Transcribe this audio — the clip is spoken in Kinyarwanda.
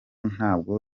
ntabwo